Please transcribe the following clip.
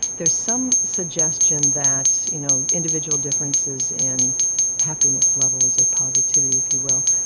there is some suggestion that you know individual differences in happiness levels, or positivity if you will,